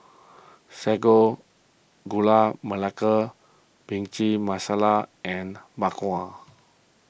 Sago Gula Melaka Bhindi Masala and Bak Kwa